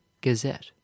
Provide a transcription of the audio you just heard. gazette